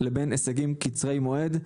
לבין הישגים קצרי מועד,